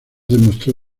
demostró